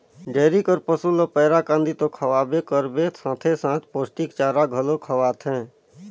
dairy कर पसू ल पैरा, कांदी तो खवाबे करबे साथे साथ पोस्टिक चारा घलो खवाथे